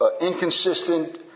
inconsistent